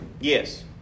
yes